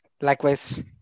Likewise